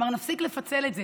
כלומר נפסיק לפצל את זה.